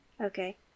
okay